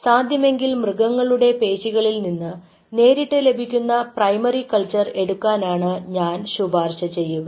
സാധ്യമെങ്കിൽ മൃഗങ്ങളുടെ പേശികളിൽ നിന്ന് നേരിട്ട് ലഭിക്കുന്ന പ്രൈമറി കൾച്ചർ എടുക്കാനാണ് ഞാൻ ശുപാർശ ചെയ്യുക